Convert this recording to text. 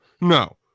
no